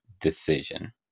decision